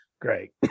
great